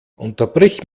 unterbrich